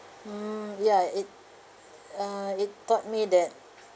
hmm ya it uh it taught me that